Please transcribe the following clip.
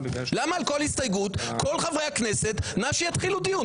כל חברי הכנסת, שיתחילו דיון.